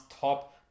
top